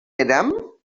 érem